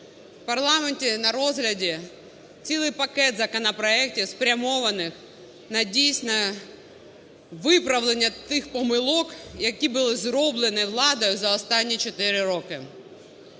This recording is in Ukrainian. В парламенті на розгляді цілий пакет законопроектів, спрямованих на дійсне виправлення тих помилок, які були зроблені владою за останні чотири